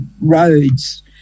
roads